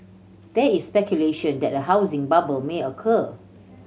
there is speculation that a housing bubble may occur